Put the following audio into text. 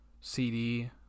CD